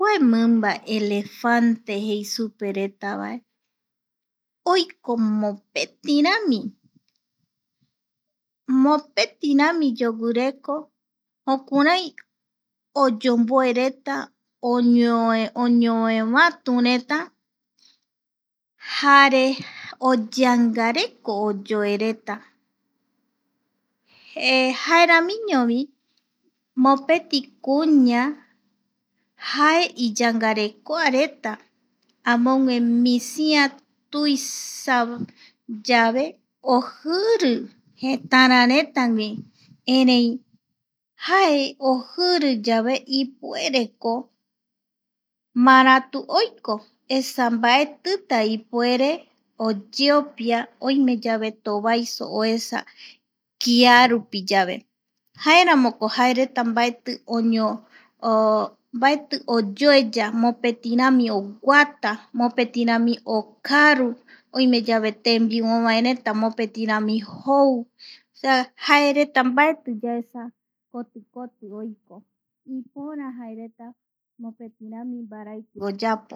Kua mimba elefante jei supe vaereta. Oiko mopeti rami, mopetirami yoguireko jokurai, oyomboereta oñoe, oñeovatu reta, jare oyeangareko oyoereta e jaeramiñovi mopeti kuña jae iyangarekoareta amogue misia tuisa yave ojiri jetararetagui, erei jae ojiri yave ja ipuereko. Maratu oiko esa mbaetita ipuere oyeopia oime yave tovaiso oesa kia rupi yave. jaeramoko jaereta mbaeti mbaeti oyoeya, mopeti rami oguata, mopeti rami okaru, oime yave tembiu ovaereta mopeti rami. jou ya jaereta mbaeti yaesa kotikoti oiko, ipora jaereta mopeti rami mbaraiki oyapo.